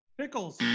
Pickles